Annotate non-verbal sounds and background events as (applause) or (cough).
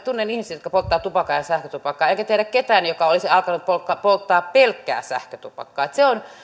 (unintelligible) tunnen ihmisiä jotka polttavat tupakkaa ja sähkötupakkaa enkä tiedä ketään joka olisi alkanut polttaa pelkkää sähkötupakkaa se on